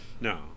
No